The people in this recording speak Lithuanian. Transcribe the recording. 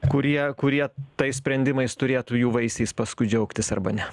kurie kurie tais sprendimais turėtų jų vaisiais paskui džiaugtis arba ne